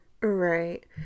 Right